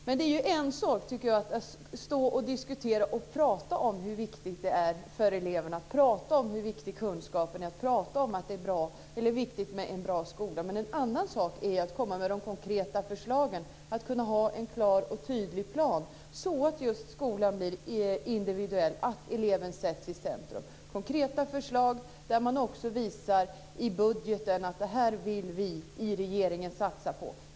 Men det är en sak att stå och diskutera och prata om hur viktigt detta är för eleverna, hur viktig kunskapen är hur viktigt det är med en bra skola. En annan sak är att komma med de konkreta förslagen, att ha en klar och tydlig plan så att skolan blir individuell och så att eleven sätts i centrum - konkreta förslag där man också visar i budgeten att detta vill vi i regeringen satsa på.